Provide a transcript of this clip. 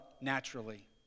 naturally